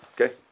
Okay